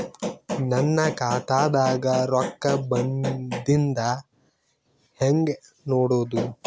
ನನ್ನ ಖಾತಾದಾಗ ರೊಕ್ಕ ಬಂದಿದ್ದ ಹೆಂಗ್ ನೋಡದು?